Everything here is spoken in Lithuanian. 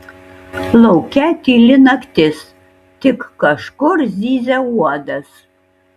lauke tyli naktis tik kažkur zyzia uodas